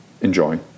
Enjoy